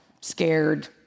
scared